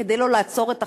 כדי שלא לעצור את החקיקה.